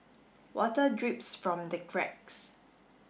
water drips from the cracks